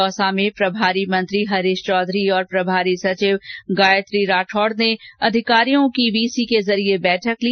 दौसा में प्रभारी मंत्री हरीश चौधरी और प्रभारी सचिव गायत्री राठौड़ ने दौसा जिले के अधिकारियों की वीसी के जरिए बैठक ली